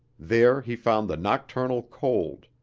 there he found the nocturnal cold,